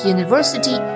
University